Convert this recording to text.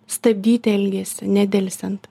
stabdyti elgesį nedelsiant